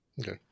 okay